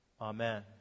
Amen